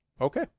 Okay